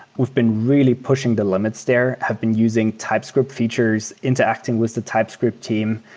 we've been really pushing the limits there. have been using typescript features, interacting with the typescript team.